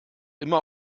immer